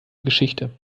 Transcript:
geschichte